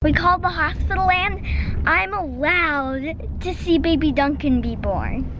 we called the hospital and i'm allowed to see baby duncan be born.